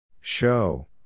Show